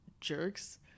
jerks